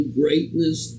greatness